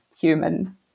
human